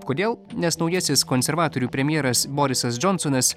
kodėl nes naujasis konservatorių premjeras borisas džonsonas